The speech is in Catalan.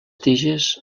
tiges